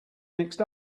mixed